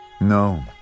No